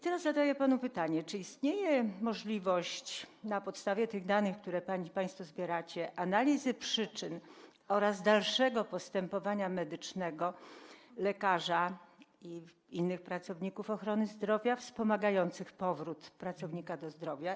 Teraz zadaję panu pytanie: Czy istnieje możliwość - na podstawie tych danych, które państwo zbieracie - analizy przyczyn oraz dalszego postępowania medycznego lekarza i innych pracowników ochrony zdrowia wspomagających powrót pracownika do zdrowia?